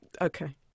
okay